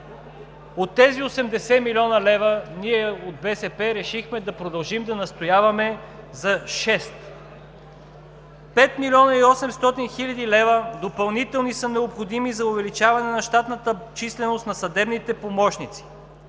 От тези 80 млн. лв. ние от БСП решихме да продължим да настояваме за шест. Пет милиона и 800 хил. лв. допълнителни са необходими за увеличаване на щатната численост на съдебните помощници.